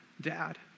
Dad